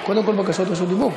קודם כול בקשות רשות דיבור.